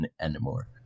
anymore